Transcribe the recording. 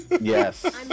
Yes